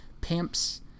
pimps